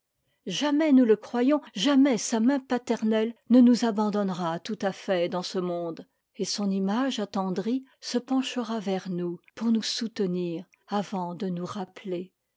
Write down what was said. jamais nous le croyons jamais sa main paternelle ne nous abandonnera tout à fait dans ce monde et son image attendrie se penchera vers nous pour nous soutenir avant de nous rappeler